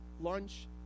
lunch